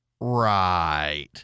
Right